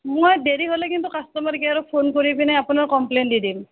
মই দেৰি হ'লে কিন্তু কাষ্টমাৰ কেয়াৰত ফোন কৰি পেলাই আপোনাৰ কমপ্লেইন দি দিম